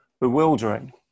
bewildering